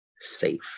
safe